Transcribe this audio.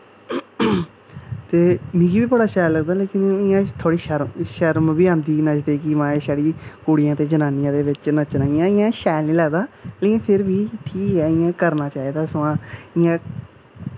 ते मिगी बी बड़ा शैल लगदा लेकिन थोह्ड़ी शर्म बी औंदी नचदे कि माए छड़ी कुड़ियें ते जनानियें दे बिच्च नच्चना इयां शैल निं लगदा लेकिन फिर बी ठीक ऐ इ'यां करना चाहिदा सगुआं इ'यां